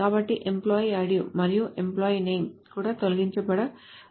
కాబట్టి employee id మరియు employee name కూడా తొలగించబడ వచ్చు